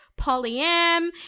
polyam